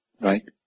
right